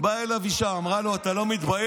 באה אליו אישה, אמרה לו: אתה לא מתבייש?